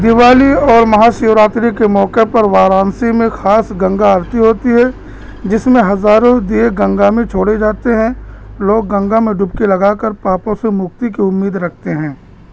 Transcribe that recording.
دیوالی اور مہاشوراتری کے موقعے پر وارانسی میں خاص گنگا آرتی ہوتی ہے جس میں ہزاروں دی گنگا میں چھوڑے جاتے ہیں لوگ گنگا میں ڈبکے لگا کر پاپوں سے مکتی کی امید رکھتے ہیں